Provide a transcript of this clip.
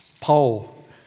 Paul